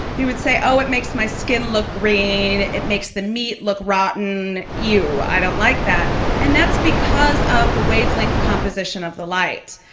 you would say, oh, it makes my skin look green, it makes the meat look rotten, ew, i don't like that and that's because of the wavelength composition of the lights.